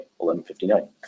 11.59